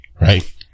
right